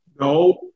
No